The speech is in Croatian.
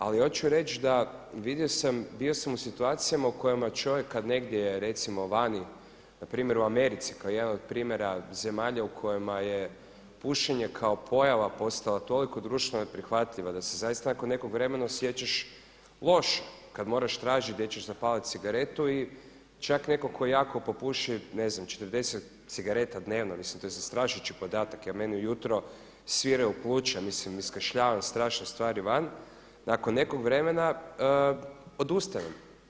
Ali hoću reći da, vidio sam, bio sam u situacijama u kojima čovjek kada negdje recimo vani, npr. u Americi kao jedan od primjera zemalja u kojima je pušenje kao pojava postalo toliko društveno neprihvatljivo da se zaista nakon nekog vremena osjećaš loše kada moraš tražiti gdje ćeš zapaliti cigaretu i čak netko tko jako popuši, ne znam, 40 cigareta dnevno, mislim to je zastrašujući podatak jer meni ujutro sviraju pluća, mislim, iskašljavam strašne stvari van, nakon nekog vremena odustanem.